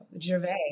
Gervais